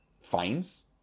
fines